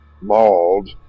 mauled